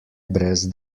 brez